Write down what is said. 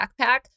backpack